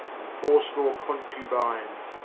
and fourscore concubines,